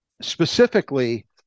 specifically